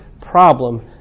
problem